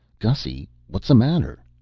gussy, what's the matter?